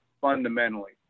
fundamentally